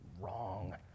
wrong